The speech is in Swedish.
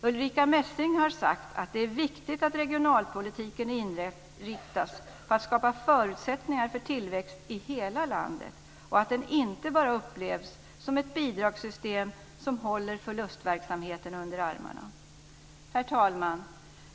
Ulrica Messing har sagt "att det är viktigt att regionalpolitiken inriktas på att skapa förutsättningar för tillväxt i hela landet och att den inte bara upplevs som ett bidragssystem som håller förlustverksamheter under armarna". Herr talman!